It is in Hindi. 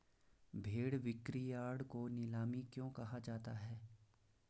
भेड़ बिक्रीयार्ड को नीलामी क्यों कहा जाता है?